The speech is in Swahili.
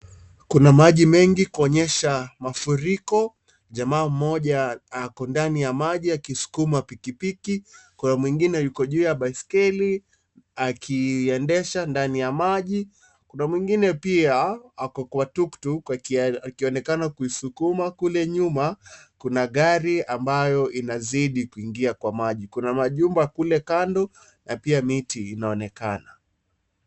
Kuna maji mengi kuonyesha mafuriko. Jamaa mmoja ako ndani ya maji akisukuma pikipiki, Kuna mwingine yuko juu ya baiskeli akiiendesha ndani ya maji. Kuna mwingine pia ako kwa TukTuk akionekana kuisukuma. Kule nyuma kuna gari ambayo inazidi kuingia kwa maji. Kuna majumba kule kando na pia miti inaonekana.